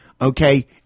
okay